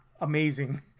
amazing